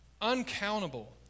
uncountable